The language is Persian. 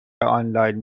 آنلاین